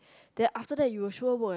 then after that you will sure work as